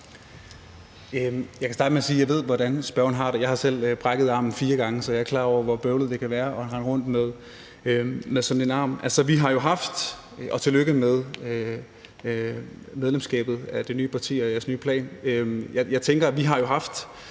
Jeg kan starte med at sige, at jeg ved, hvordan spørgeren har det. Jeg har selv brækket armen fire gange, så jeg er klar over, hvor bøvlet det kan være at rende rundt med sådan en arm. Og tillykke med medlemskabet af det nye parti og jeres nye plan. Altså, jeg tænker jo, at